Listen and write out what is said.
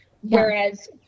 Whereas